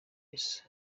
yesu